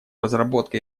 разработка